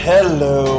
Hello